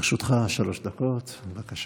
לרשותך שלוש דקות, בבקשה.